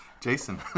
Jason